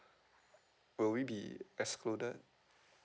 will we be excluded